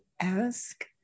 Ask